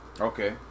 Okay